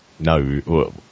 No